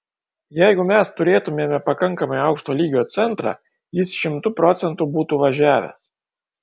jeigu mes turėtumėme pakankamai aukšto lygio centrą jis šimtu procentų būtų važiavęs